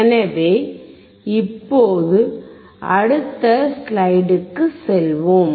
எனவே இப்போது அடுத்த ஸ்லைடிற்குச் செல்வோம்